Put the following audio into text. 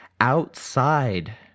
outside